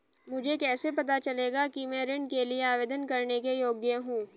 मुझे कैसे पता चलेगा कि मैं ऋण के लिए आवेदन करने के योग्य हूँ?